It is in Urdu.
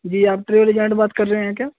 جی آپ ٹریول ایجنٹ بات کر رہے ہیں کیا